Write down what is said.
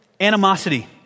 animosity